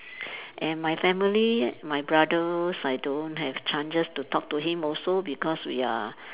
and my family my brothers I don't have chances to talk to him also because we are